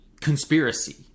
conspiracy